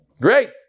Great